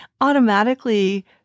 automatically